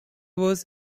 was